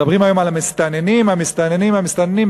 מדברים היום על המסתננים המסתננים המסתננים,